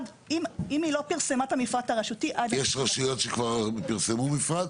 אם היא לא פרסמה את המפרט הרשותי עד --- יש רשויות שכבר פרסמו מפרט?